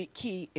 key